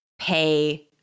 pay